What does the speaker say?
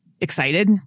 excited